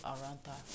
Aranta